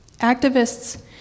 activists